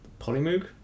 Polymoog